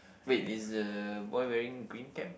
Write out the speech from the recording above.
wait is the boy wearing green cap